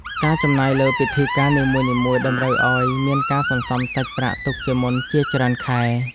ការចំណាយលើពិធីការនីមួយៗ តម្រូវឱ្យមានការសន្សំសាច់ប្រាក់ទុកជាមុនជាច្រើនខែ។